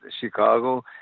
Chicago